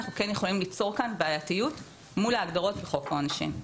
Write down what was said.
אנחנו כן יכולים ליצור כאן בעייתיות מול ההגדרות בחוק העונשין.